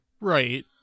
Right